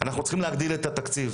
אנחנו צריכים להגדיל את התקציב,